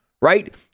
right